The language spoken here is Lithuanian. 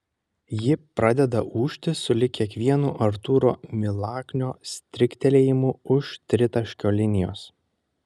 ji pradeda ūžti sulig kiekvienu artūro milaknio striktelėjimu už tritaškio linijos